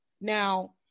Now